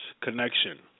Connection